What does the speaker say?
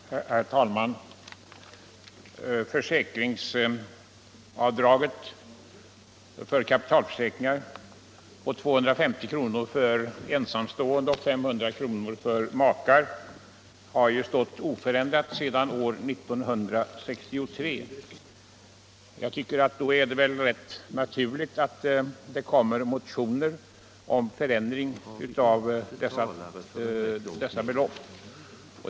Herr talman! Försäkringsavdraget för kapitalförsäkringar på 250 kr. för ensamstående och 500 kr. för makar har ju stått oförändrat sedan år 1963. Jag tycker då att det är rätt naturligt att det kommer motioner om förändring av dessa belopp.